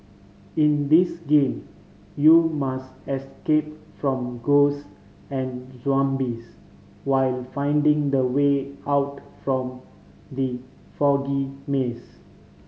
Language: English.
in this game you must escape from ghost and zombies while finding the way out from the foggy maze